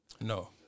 No